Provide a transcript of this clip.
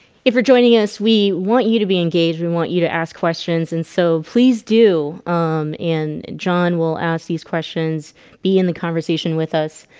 if you're joining us, we want you to be engaged. we want you to ask questions. and so please do and john will ask these questions be in the conversation with us